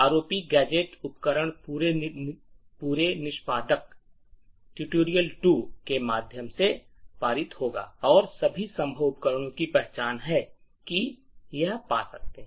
रोप gadget उपकरण पूरे निष्पादक ट्यूटोरियल 2 के माध्यम से पारित होगा और सभी संभव उपकरणों की पहचान है कि यह पा सकते हैं